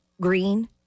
green